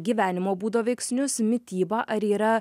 gyvenimo būdo veiksnius mitybą ar yra